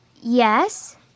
Yes